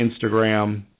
Instagram